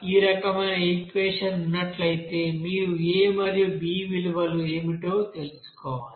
ఈ రకమైన ఈక్వెషన్ ఉన్నట్లయితే మీరు a మరియు b విలువలు ఏమిటో తెలుసుకోవాలి